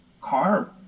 car